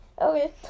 Okay